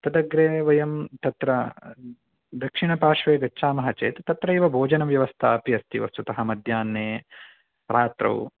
तदग्रे वयं तत्र दक्षिणपार्श्वे गच्छामः चेत् तत्रैव भोजनव्यवस्था अपि अस्ति वस्तुतः मध्याह्ने रात्रौ